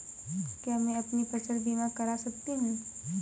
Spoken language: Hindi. क्या मैं अपनी फसल बीमा करा सकती हूँ?